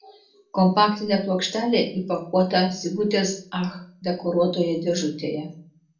kompaktinė plokštelė įpakuota sigutės ach dekoruotoje dėžutėje